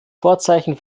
vorzeichen